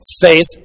Faith